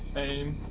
aim.